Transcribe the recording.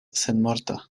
senmorta